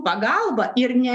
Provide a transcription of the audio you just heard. pagalba ir ne